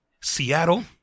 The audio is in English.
Seattle